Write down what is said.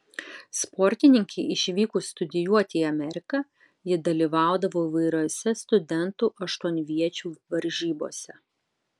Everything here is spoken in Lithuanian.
sportininkei išvykus studijuoti į ameriką ji dalyvaudavo įvairiose studentų aštuonviečių varžybose